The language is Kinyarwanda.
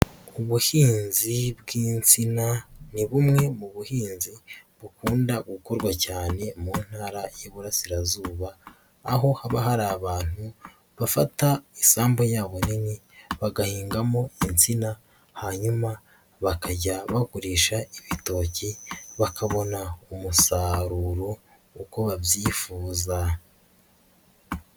Ubuhinzi bw'insina ni bumwe mu buhinzi bukunda gukorwa cyane mu ntara y'iburasirazuba, aho haba hari abantu bafata isambu y'abo nini bagahingamo insina, hanyuma bakajya bagurisha ibitoki, bakabona umusaruro uko babyifuza.